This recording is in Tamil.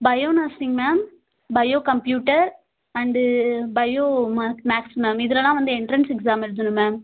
bio nursing ma'am bio computer and bio maths maths ma'am இதுலலாம் வந்து என்ட்ரன்ஸ் எக்ஸாம் எழுதணும் மேம்